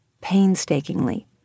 Painstakingly